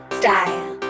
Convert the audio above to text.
style